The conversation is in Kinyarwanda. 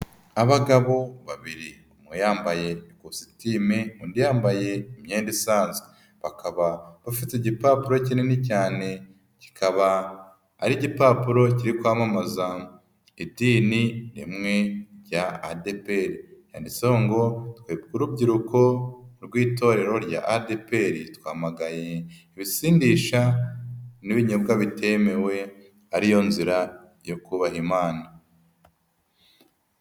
Abagabo babiri, umwe yambaye kositimu undi yambaye imyenda isanzweba, bafite igipapuro kinini cyane, kikaba ari igipapuro kiri kwamamaza idini rya ADEPR, yandiho ngo twe urubyiruko rw'itorero rya ADEPR twamaganye ibisindisha n'ibinyobwa bitemewe, ari yo nzira yo kubaha Imana.